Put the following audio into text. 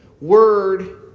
word